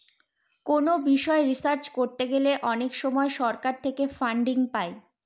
কোনো বিষয় রিসার্চ করতে গেলে অনেক সময় সরকার থেকে ফান্ডিং পাই